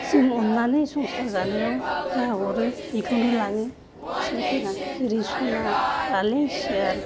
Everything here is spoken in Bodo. जों अननानै संसार जानायाव जाखौनो हरो बेखौनो लाङो फिसाफोरा जेरै सना फालें सियार